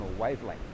wavelength